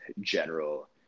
general